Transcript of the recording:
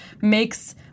makes